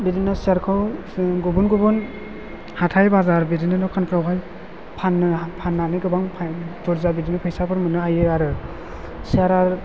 बिदिनो सियारखौ जों गुबुन गुबुन हाथाय बाजार बिदिनो दखानफ्रावहाय फाननो फाननानै गोबां बुरजा बिदिनो फायसाफोर मोन्नो हायो सियारा